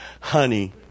honey